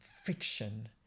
fiction